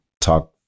talk